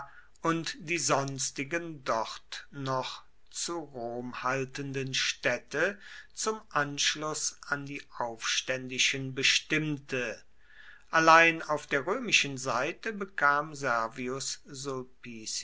und die sonstigen dort noch zu rom haltenden städte zum anschluß an die aufständischen bestimmte allein auf der römischen seite bekam